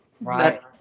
Right